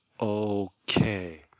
okay